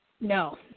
No